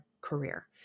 career